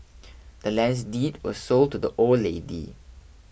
the land's deed was sold to the old lady